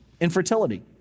Infertility